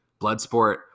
Bloodsport